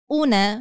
una